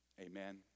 amen